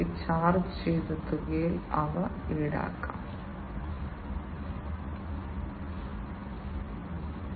അതിനാൽ ഈ വ്യത്യസ്ത ഇടപെടലുകളെല്ലാം നിരീക്ഷിക്കാനും നിയന്ത്രിക്കാനും മറ്റും കഴിയും